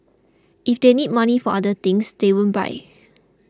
if they need money for other things they won't buy